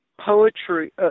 poetry